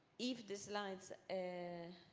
if the slides and